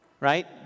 Right